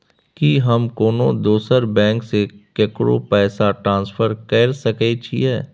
की हम कोनो दोसर बैंक से केकरो पैसा ट्रांसफर कैर सकय छियै?